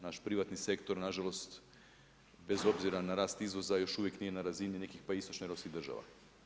Naš privatni sektor na žalost bez obzira na rast izvoza još uvijek nije na razini nekih istočnoeuropskih država.